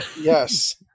Yes